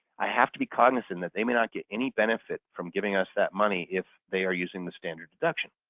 i have to be cognizant that they may not get any benefit from giving us that money if they are using the standard deduction.